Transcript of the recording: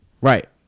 Right